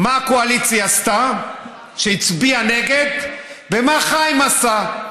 מה הקואליציה עשתה, הצביעה נגד, ומה חיים עשה.